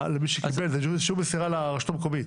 שקיבל אלא זה אישור מסירה לרשות המקומית.